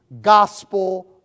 gospel